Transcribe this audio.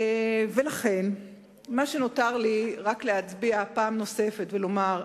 ולכן מה שנותר לי זה רק להצביע פעם נוספת ולומר: